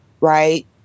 right